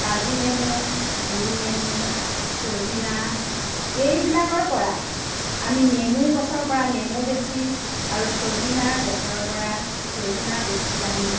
কাজিনেমু গোলনেমু ছজিনা এইবিলাকৰ পৰা আমি নেমু গছৰপৰা নেমু বেচি আৰু ছজিনা গছৰপৰা ছজিনা বেচি আমি